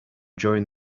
during